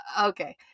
Okay